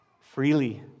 freely